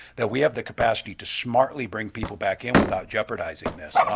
that we have the capacity to smartly bring people back in without jeopardizing this.